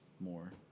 more